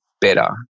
better